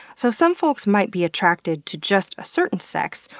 so, some folks might be attracted to just a certain sex,